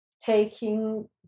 taking